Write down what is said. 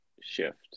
shift